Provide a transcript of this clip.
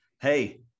Hey